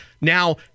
now